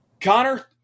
Connor